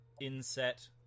inset